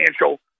financial